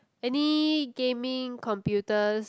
any gaming computers